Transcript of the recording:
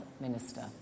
minister